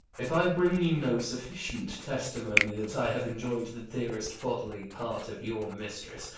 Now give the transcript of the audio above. if i bring you no sufficient testimony that i have enjoy'd the dearest bodily part of your mistress,